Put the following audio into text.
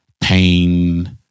pain